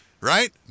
right